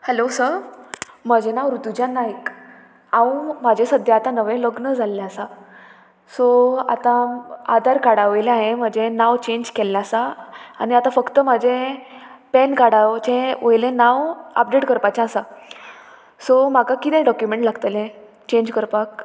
hello sir म्हजें नांव ऋतुजा नायक हांव म्हाजें सद्द्या आतां नवें लग्न जाल्लें आसा सो आतां आदार कार्डा वयलें हांयें म्हजें नांव चेंज केल्लें आसा आनी आतां फक्त म्हजें पॅन कार्डाचें वयलें नांव अपडेट करपाचें आसा सो म्हाका किदें डॉक्युमेंट लागतलें चेंज करपाक